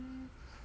mm